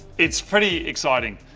it's pretty exciting.